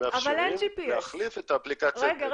אבל הן לא יאפשרו.